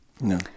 No